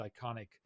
iconic